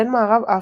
בין מערב אפריקה,